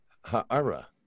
ha'ara